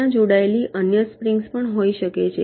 ત્યાં જોડાયેલી અન્ય સ્પ્રિંગ્સ પણ હોઈ શકે છે